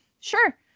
sure